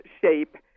shape